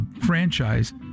franchise